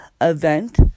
event